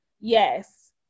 yes